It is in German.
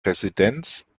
residenz